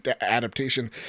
adaptation